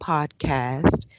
Podcast